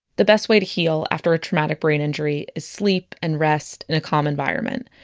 the best way to heal after a traumatic brain injury is sleep and rest in a calm environment,